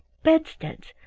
bedsteads,